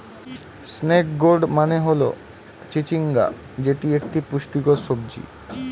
snake gourd মানে হল চিচিঙ্গা যেটি একটি পুষ্টিকর সবজি